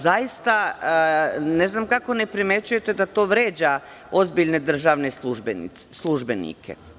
Zaista, ne znam kako ne primećujete da to vređa ozbiljne državne službenike?